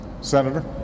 Senator